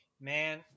Man